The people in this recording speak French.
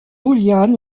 julián